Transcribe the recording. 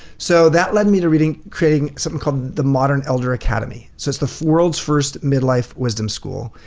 so that lead me to reading creating something called the modern elder academy. so it's the world's first middle life wisdom school.